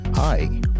Hi